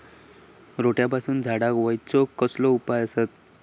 रोट्यापासून झाडाक वाचौक कसले उपाय आसत?